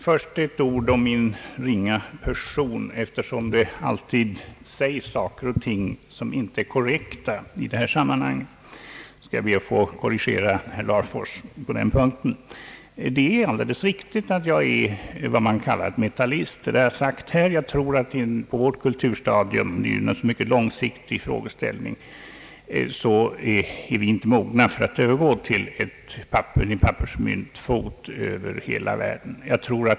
Herr talman! Först ett par ord om min ringa person. Det sägs alltid i detta sammanhang saker och ting som inte är korrekta, och jag skall be att få korrigera herr Larfors på en punkt. Det är alldeles riktigt att jag är vad man kallar metallist. Jag tror att vi på vårt kulturstadium — det är naturligtvis en mycket långsiktig frågeställning — inte är mogna för att övergå till en pappersmyntfot över hela världen.